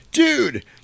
Dude